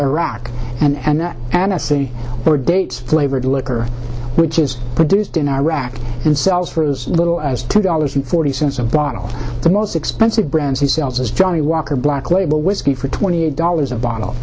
iraq and that and i see the dates flavored liquor which is produced in iraq and sells for as little as ten dollars and forty cents a bottle the most expensive brands he sells is johnny walker black label whiskey for twenty eight dollars a bottle